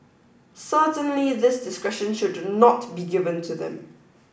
certainly this discretion should not be given to them